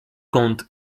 kąt